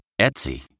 Etsy